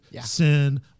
sin